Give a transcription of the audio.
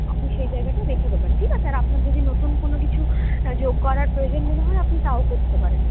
আপনি সেই জায়গাটা রেখে দেবেন ঠিক আছে আর আপনার যদি নতুন কোন কিছু যোগ করার প্রয়োজন মনে হয় আপনি তাও করতে পারেন